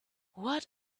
what